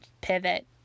pivot